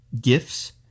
gifts